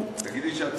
תגידי שאת צוחקת.